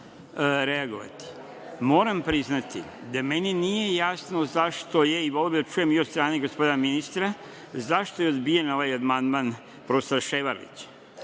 reagovati. Moram priznati da meni nije jasno zašto je, voleo bih da čujem i od strane gospodina ministra, odbijen ovaj amandman profesora Ševarlića.